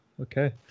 Okay